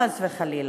חס וחלילה.